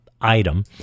Item